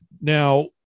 now